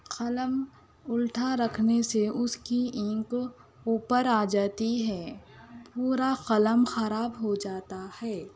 قلم اُلٹا رکھنے سے اُس کی اِنک اُوپر آجاتی ہے پورا قلم خراب ہوجاتا ہے